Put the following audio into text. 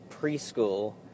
preschool